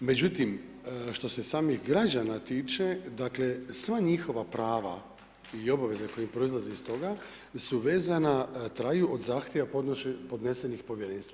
Međutim, što se samih građana tiče, dakle sva njihova prava i obaveze koje proizlaze iz toga su vezana, traju od zahtjeva podnesenih povjerenstvu.